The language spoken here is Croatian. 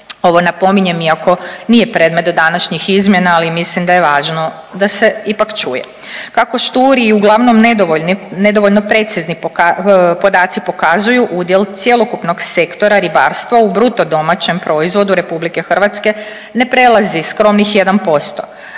Ovo napominjem iako nije predmet današnjih izmjena, ali mislim da je važno da se ipak čuje. Kako šturi i nedovoljno precizni podaci pokazuju udjel cjelokupnog Sektora ribarstva u bruto domaćem proizvodu Republike Hrvatske ne prelazi skromnih 1%.